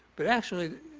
but actually,